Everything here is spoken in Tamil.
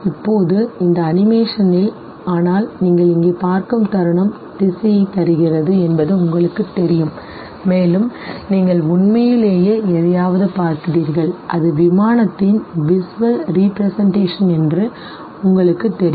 இப்போது இந்த அனிமேஷனில் சரி ஆனால் நீங்கள் இங்கே பார்க்கும் தருணம் திசையைத் தருகிறது என்பது உங்களுக்குத் தெரியும் மேலும் நீங்கள் உண்மையிலேயே எதையாவது பார்க்கிறீர்கள் அது விமானத்தின் visual representation என்று உங்களுக்குத் தெரியும்